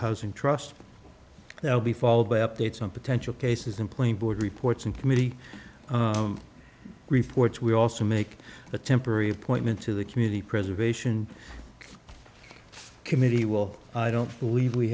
housing trust that will be followed by updates on potential cases in plain board reports and committee reports we also make a temporary appointment to the community preservation committee will i don't believe we